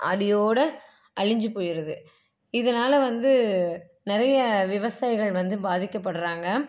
அடியோடு அழிஞ்சு போயிடுது இதனால் வந்து நிறைய விவசாயிகள் வந்து பாதிக்கப்படுறாங்க